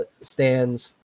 stands